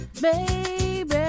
Baby